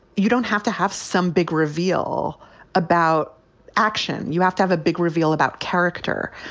you don't have to have some big reveal about action. you have to have a big reveal about character.